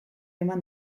eman